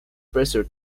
pressure